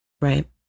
Right